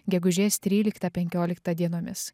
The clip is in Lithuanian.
gegužės tryliktą penkioliktą dienomis